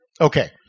Okay